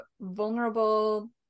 vulnerable